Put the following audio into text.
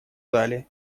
зале